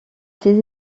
ses